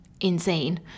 insane